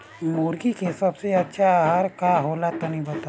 मुर्गी के सबसे अच्छा आहार का होला तनी बताई?